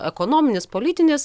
ekonominis politinis